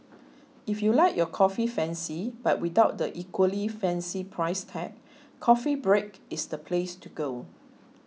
if you like your coffee fancy but without the equally fancy price tag Coffee Break is the place to go